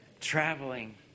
traveling